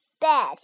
bed